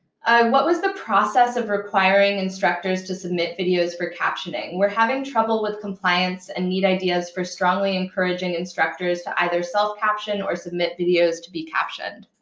what was the process of requiring instructors to submit videos for captioning? we're having trouble with compliance and need ideas for strongly encouraging instructors to either self-caption or submit videos to be captioned.